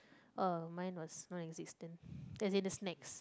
oh mine was non existent as in the snacks